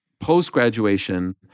Post-graduation